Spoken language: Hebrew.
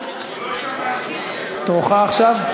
תורך עכשיו.